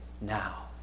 now